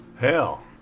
Hell